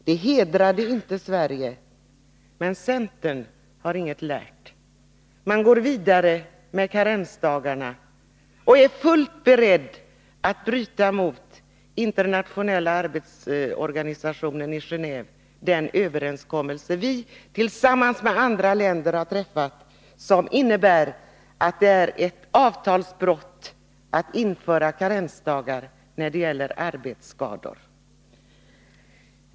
Det hedrade inte Sverige, men centern har inget lärt. Man går vidare med karensdagarna och är fullt beredd att gå emot Internationella arbetsorganisationen i Gen&ve och den överenskommelse Sverige och andra länder har träffat, vilken innebär att det är ett avtalsbrott att införa karensdagar när det gäller arbetsskador.